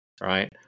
right